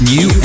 New